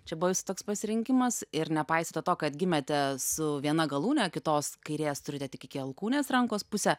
čia buvo jūsų toks pasirinkimas ir nepaisote to kad gimėte su viena galūne kitos kairės turite tik iki alkūnės rankos pusę